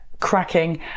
cracking